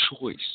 choice